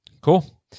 Cool